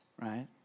Right